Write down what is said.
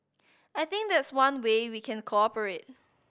I think that's one way we can cooperate